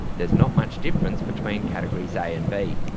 there's not much difference between categories a and b.